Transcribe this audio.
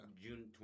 June